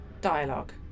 dialogue